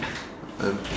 I'm